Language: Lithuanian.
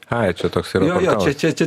ai čia toks yra portalas